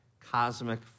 cosmic